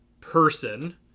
person